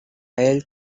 ell